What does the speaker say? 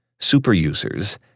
Superusers